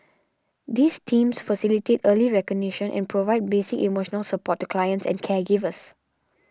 these teams facilitate early recognition and provide basic emotional support to clients and caregivers